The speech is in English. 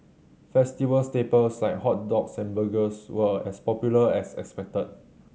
festival staples like hot dogs and burgers were as popular as expected